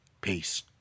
Peace